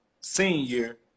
senior